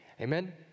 Amen